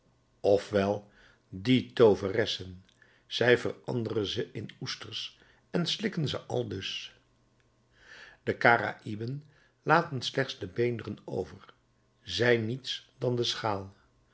uit ofwel die tooveressen zij veranderen ze in oesters en slikken ze aldus de karaïeben laten slechts de beenderen over zij niets dan de schaal